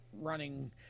running